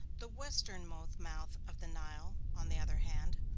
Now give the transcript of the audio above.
the westernmost mouth of the nile, on the other hand,